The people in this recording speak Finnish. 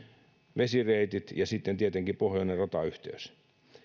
vesireitit ja sitten tietenkin pohjoisen ratayhteyden